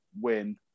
win